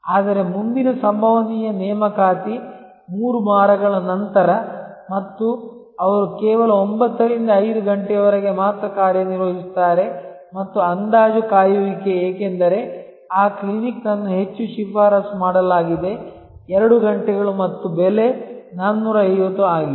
ಆದರೆ ಮುಂದಿನ ಸಂಭವನೀಯ ನೇಮಕಾತಿ 3 ವಾರಗಳ ನಂತರ ಮತ್ತು ಅವರು ಕೇವಲ 9 ರಿಂದ 5 ಗಂಟೆಯವರೆಗೆ ಮಾತ್ರ ಕಾರ್ಯನಿರ್ವಹಿಸುತ್ತಾರೆ ಮತ್ತು ಅಂದಾಜು ಕಾಯುವಿಕೆ ಏಕೆಂದರೆ ಆ ಕ್ಲಿನಿಕ್ ಅನ್ನು ಹೆಚ್ಚು ಶಿಫಾರಸು ಮಾಡಲಾಗಿದೆ 2 ಗಂಟೆಗಳು ಮತ್ತು ಬೆಲೆ 450 ಆಗಿದೆ